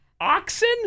Oxen